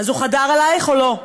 אז הוא חדר אלייך או לא?